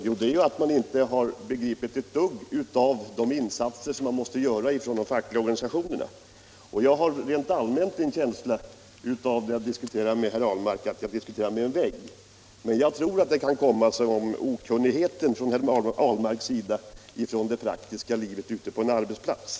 Jo, att man inte har begripit ett dugg av de insatser som de fackliga organisationerna måste göra. När jag debatterar med herr Ahlmark har jag rent allmänt en känsla av att diskutera med en vägg. Detta tror jag dock kan bero på herr Ahlmarks okunnighet om förhållandena i det praktiska livet ute på en arbetsplats.